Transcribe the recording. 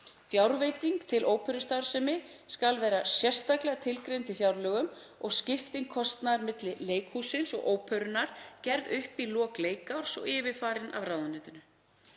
Fjárveiting til óperustarfsemi skal vera sérstaklega tilgreind í fjárlögum og skipting kostnaðar milli leikhússins og óperunnar gerð upp í lok leikárs og yfirfarin af ráðuneytinu.